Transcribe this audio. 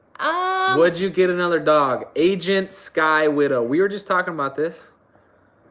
ah would you get another dog? agent skye widow. we were just talking about this.